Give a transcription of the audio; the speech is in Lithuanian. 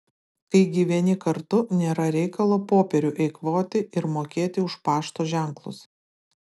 kai gyveni kartu nėra reikalo popierių eikvoti ir mokėti už pašto ženklus